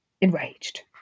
enraged